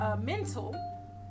mental